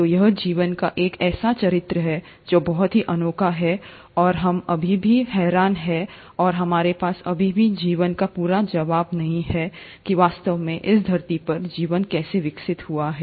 तो यह जीवन का एक ऐसा चरित्र है जो बहुत ही अनोखा है और हम अभी भी हैरान हैं और हमारे पास अभी भी जीवन का पूरा जवाब नहीं है कि वास्तव में इस धरती पर जीवन कैसे विकसित हुआ है